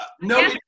No